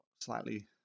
Slightly